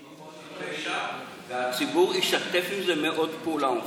של משפחות פשע, והציבור ישתף עם זה פעולה מאוד.